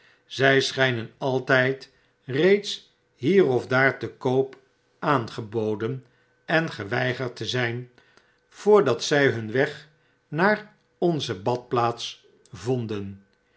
zfl schgnen altyd reeds hier of daar te koop aangeboden en geweigerd te zijn voordat zy hun weg naar onze badplaats vonden